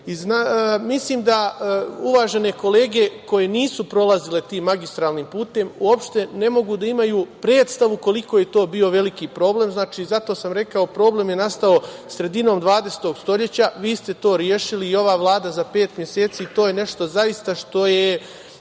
vraćam. Mislim da uvažene kolege koje nisu prolazile tim magistralnim putem uopšte ne mogu da imaju predstavu koliko je to bio veliki problem. Zato sam rekao, problem je nastao sredinom dvadesetog stoleća, vi ste to rešili i ova Vlada za pet meseci i to je nešto zaista što je